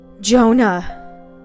Jonah